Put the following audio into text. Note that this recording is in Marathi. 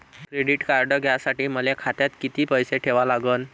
क्रेडिट कार्ड घ्यासाठी मले खात्यात किती पैसे ठेवा लागन?